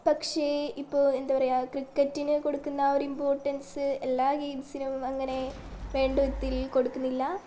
പക്ഷേ ഇപ്പൊൾ എന്താ പറയുക ക്രിക്കറ്റിന് കൊടുക്കുന്ന ആ ഒരു ഇംപോർട്ടൻസ് എല്ലാ ഗെയിംസിനും അങ്ങനെ വേണ്ട വിധത്തിൽ കൊടുക്കുന്നില്ല